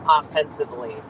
offensively